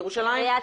ירושלים,